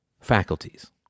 faculties